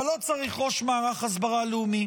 אבל לא צריך ראש מערך הסברה לאומי